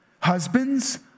Husbands